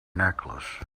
necklace